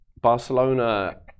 Barcelona